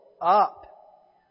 up